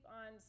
on